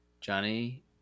Johnny